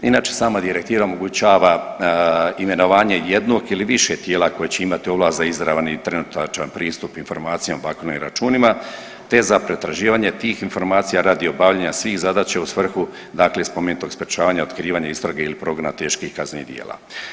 Inače sama direktiva omogućava imenovanje jednog ili više tijela koja će imati ovlast za izravni trenutačan pristup informacijama, bankama i računima, te za pretraživanje tih informacija radi obavljanja svih zadaća u svrhu, dakle spomenutog sprječavanja otkrivanja istrage ili progona teških kaznenih djela.